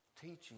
teaching